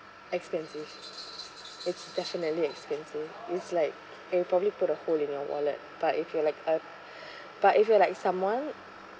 expensive it's definitely expensive it's like and probably put a hole in your wallet but if you are like a but if you are like someone